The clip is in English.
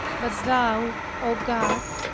but thou, o god,